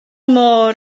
môr